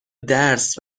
درس